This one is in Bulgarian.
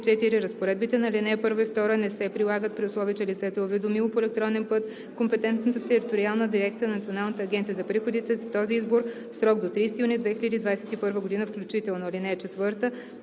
разпоредбите на ал. 1 и 2 не се прилагат, при условие че лицето е уведомило по електронен път компетентната териториална дирекция на Националната агенция за приходите за този избор в срок до 30 юни 2021 г. включително.